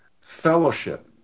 Fellowship